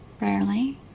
Rarely